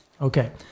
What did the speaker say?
Okay